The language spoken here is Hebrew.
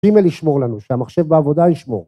‫ג׳ימל ישמור לנו, ‫שהמחשב בעבודה ישמור.